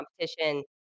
competition